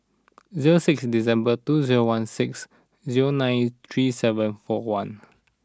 zero six December two zero one six zero nine three seven four one